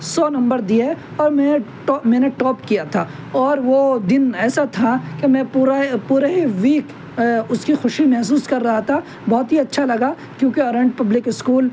سو number دیے اور میں میں نے ٹاپ کیا تھا اور وہ دن ایسا تھا کہ میں پورا پورے ویک اس کی خوشی محسوس کر رہا تھا بہت ہی اچھا لگا کیونکہ اورینٹ پبلک اسکول